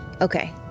Okay